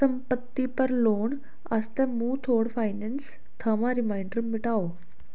संपत्ति पर लोन आस्तै मुथूट फाइनैंस थमां रिमाइंडर मिटाओ